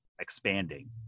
expanding